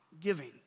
giving